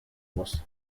muss